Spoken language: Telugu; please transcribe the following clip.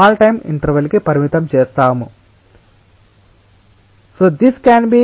టైం ఇంటర్వెల్ చిన్నదైతె అప్పుడు స్పష్టంగా ఇది చిన్నదిగా ఉంటుందని భావిస్తున్నారు